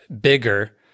bigger